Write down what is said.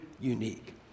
unique